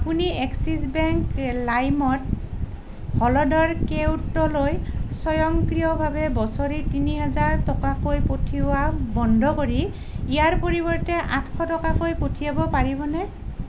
আপুনি Axis Bank লাইমত হলধৰ কেওটলৈ স্বয়ংক্ৰিয়ভাৱে বছৰি তিনি হাজাৰ টকাকৈ পঠিওৱা বন্ধ কৰি ইয়াৰ পৰিৱৰ্তে আঠশ টকাকৈ পঠিয়াব পাৰিবনে